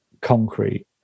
concrete